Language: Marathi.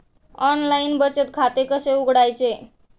ऑनलाइन बचत खाते कसे उघडायचे?